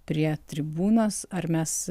prie tribūnos ar mes